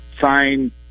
sign